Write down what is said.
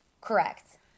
correct